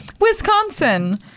Wisconsin